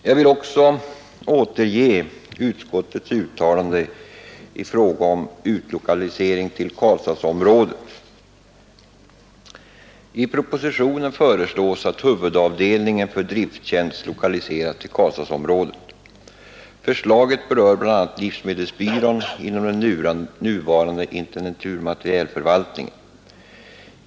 Jag vill också återge utskottets uttalande i fråga om utlokaliseringen till Karlstadsområdet: ”I propositionen föreslås att huvudavdelningen för drifttjänst lokaliseras till Karlstadsområdet. Förslaget berör bl.a. livsmedelsbyrån inom den nuvarande intendenturmaterielförvaltningen.